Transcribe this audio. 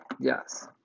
Yes